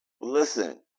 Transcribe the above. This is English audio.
Listen